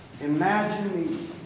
Imagine